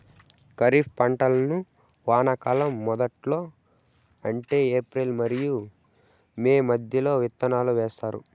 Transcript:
ఖరీఫ్ పంటలను వానాకాలం మొదట్లో అంటే ఏప్రిల్ మరియు మే మధ్యలో విత్తనాలు వేస్తారు